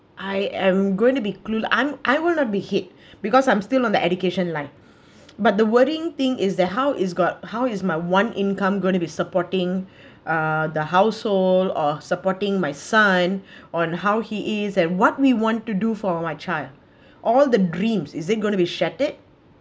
I am going to be clue~ I'm I will not be hit because I'm still on the education line but the worrying thing is the how is got how is my one income gonna be supporting uh the household or supporting my son on how he is at what we wanted to do for my child all the dreams is it going to be shattered